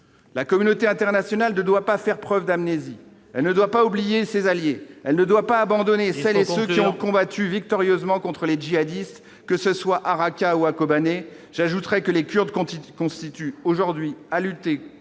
la communauté internationale de doit pas faire preuve d'amnésie, elle ne doit pas oublier ses alliés, elle ne doit pas abandonner celles et ceux qui ont combattu victorieusement contre les djihadistes, que ce soit Arakawa Kobané j'ajouterai que les Kurdes continuent qui constitue aujourd'hui à lutter, continuer